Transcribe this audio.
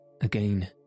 Again